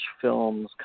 films